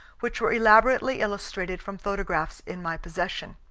which were elaborately illustrated from photographs in my possession.